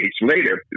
later